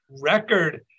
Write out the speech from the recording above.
record